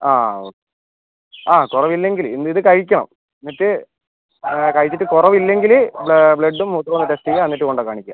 അതെ ഓക്കെ അതെ കുറവില്ലെങ്കില് ഇന്ന് ഇത് കഴിക്കണം എന്നിട്ട് കഴിച്ചിട്ട് കുറവില്ലെങ്കില് ബ്ലഡ്ഡും മൂത്രവും ടെസ്റ്റെയ്യാ എന്നിട്ട് കൊണ്ട് കാണിക്കുക